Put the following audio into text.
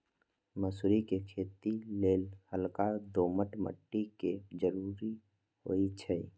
मसुरी कें खेति लेल हल्का दोमट माटी के जरूरी होइ छइ